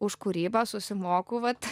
už kūrybą susimoku vat